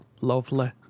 Lovely